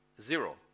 zero